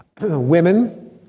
women